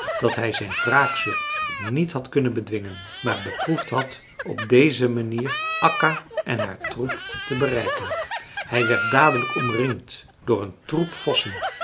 dat hij zijn wraakzucht niet had kunnen bedwingen maar beproefd had op deze manier akka en haar troep te bereiken hij werd dadelijk omringd door een troep vossen